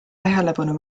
tähelepanu